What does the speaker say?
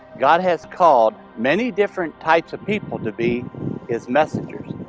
god has called many different types of people to be his messengers.